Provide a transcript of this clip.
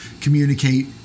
communicate